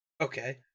Okay